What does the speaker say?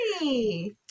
Hey